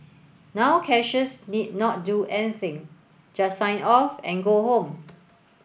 now cashiers need not do anything just sign off and go home